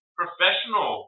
professional